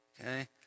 Okay